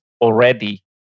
already